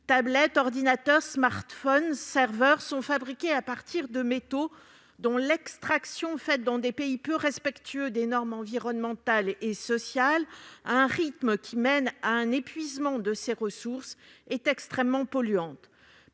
Tablettes, ordinateurs, smartphones, serveurs sont fabriqués à partir de métaux, dont l'extraction, faite dans des pays peu respectueux des normes environnementales et sociales, à un rythme qui mène à un épuisement de ces ressources, est extrêmement polluante.